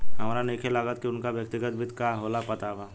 हामरा नइखे लागत की उनका व्यक्तिगत वित्त का होला पता बा